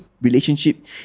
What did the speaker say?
relationship